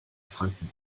franken